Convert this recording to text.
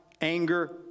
anger